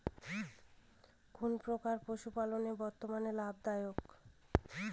কোন প্রকার পশুপালন বর্তমান লাভ দায়ক?